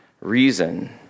reason